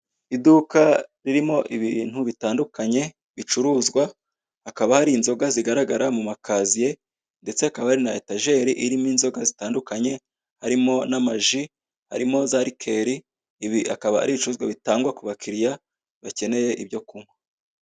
Iduka ririmo ibintu bitandukanye bicuruzwa hakaba hari inzoga zigaragara mu makaziye ndetse hakaba hari na etajeri irimo inzoga zitandukanye, harimo n'amaji, harimo za rikeri. Ibi akaba ari ibicuruzwa bitangwa kubakiriya bakeneye ibyo kunywa.